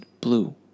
blue